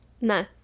No